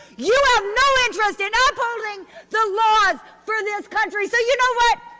you have no interest in ah upholding the laws for this country, so you know what?